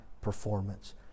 performance